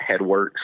headworks